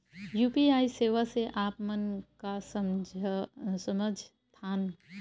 UPI सेवा से आप मन का समझ थान?